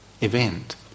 event